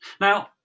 now